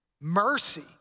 Mercy